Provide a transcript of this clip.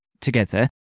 Together